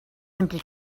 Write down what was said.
simply